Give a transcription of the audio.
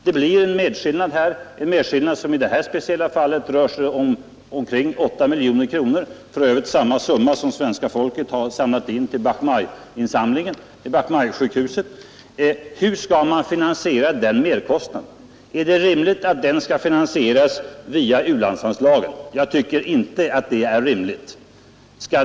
Det blir en merkostnad, som i det här speciella fallet rör sig kring 8 miljoner kronor — för övrigt samma summa som svenska folket har samlat in till Bach Mai-sjukhuset. Hur skall man finansiera den merkostnaden? Är det rimligt att den skall finansieras via u-landsanslaget? Jag tycker inte att det är rimligt.